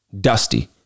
Dusty